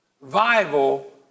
Revival